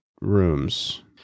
rooms